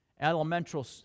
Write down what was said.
elemental